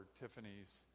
Tiffany's